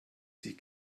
sich